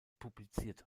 publiziert